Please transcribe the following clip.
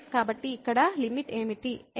కాబట్టి ఇక్కడ లిమిట్ ఏమిటి